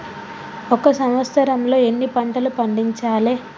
ఒక సంవత్సరంలో ఎన్ని పంటలు పండించాలే?